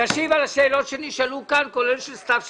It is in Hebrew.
תשיב על השאלות שנשאלו כאן כולל של סתיו שפיר,